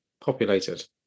populated